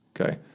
Okay